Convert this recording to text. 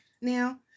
Now